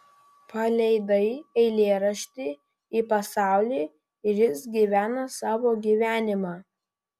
paleidai eilėraštį į pasaulį ir jis gyvena savo gyvenimą